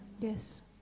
yes